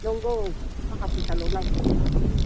नोंगौ थाखा फैसाल' नांसिगौ